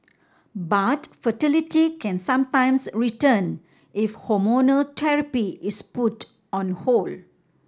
but fertility can sometimes return if hormonal therapy is put on hold